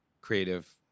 creative